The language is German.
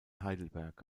heidelberg